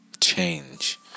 change